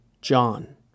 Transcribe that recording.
John